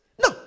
no